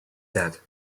that